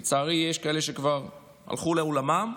לצערי יש כאלה שכבר הלכו לעולמם,